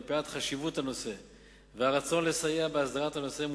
מפאת חשיבות הנושא והרצון לסייע בהסדרת הנושא,